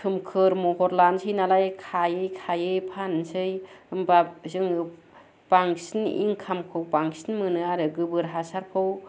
सोमखोर महर लानोसै नालाय खायै खायै फाननोसै होनबा जों बांसिन इनकामखौ बांसिन मोनो आरो गोबोर हासारखौ